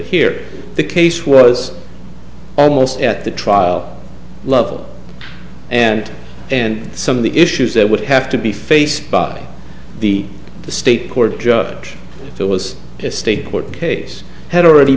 here the case was almost at the trial level and and some of the issues that would have to be faced by the the state court judge if it was a state court case had already